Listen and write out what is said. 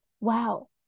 wow